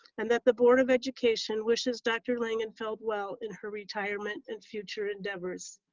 and that the board of education wishes dr. langenfeld well in her retirement and future endeavors.